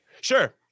Sure